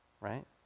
right